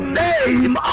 name